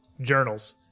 journals